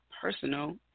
Personal